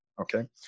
Okay